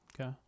Okay